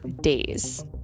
days